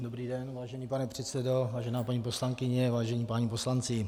Dobrý den, vážený pane předsedo, vážená paní poslankyně, vážení páni poslanci.